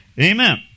Amen